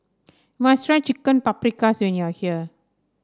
you must try Chicken Paprikas when you are here